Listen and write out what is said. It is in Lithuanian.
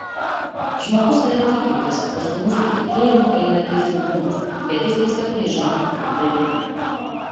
žmogus yra tikintis o su mūsų tikėjimu eina teisingumas bet jis tiesiog nežino ką daryti